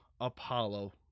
Apollo